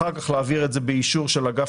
אחר כך להעביר את זה באישור של אגף